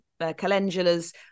calendulas